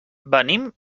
venim